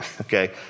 Okay